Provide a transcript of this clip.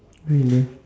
really